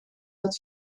dat